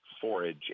forage